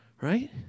right